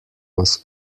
was